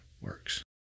works